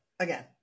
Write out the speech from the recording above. Again